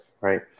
right